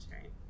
right